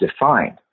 defined